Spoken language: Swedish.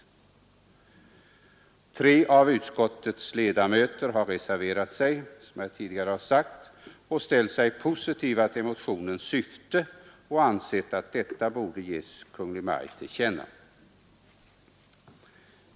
Som här tidigare sagts har tre av utskottets ledamöter reserverat sig och ställt sig positiva till motionens syfte och anser att detta borde ges Kungl. Maj:t till känna.